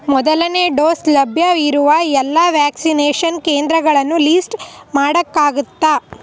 ಮೊದಲನೇ ಡೋಸ್ ಲಭ್ಯ ಇರುವ ಎಲ್ಲ ವ್ಯಾಕ್ಸಿನೇಷನ್ ಕೇಂದ್ರಗಳನ್ನೂ ಲೀಸ್ಟ್ ಮಾಡೋಕ್ಕಾಗುತ್ತ